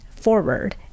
forward